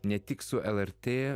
ne tik su lrt